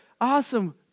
awesome